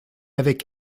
avec